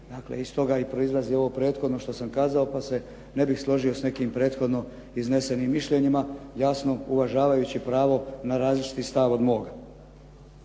Dakle, iz toga proizlazi ovo prethodno što sam kazao pa se ne bih složio s nekim prethodno iznesenim mišljenjima, jasno uvažavajući pravo na različiti stav od moga.